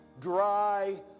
dry